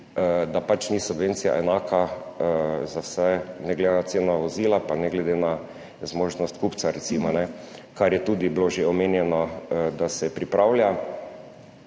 da pač subvencija ni enaka za vse, ne glede na ceno vozila, pa ne glede na zmožnost kupca, kar je bilo tudi že omenjeno, da se pripravlja.